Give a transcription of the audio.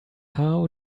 how